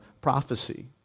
prophecy